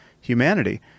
humanity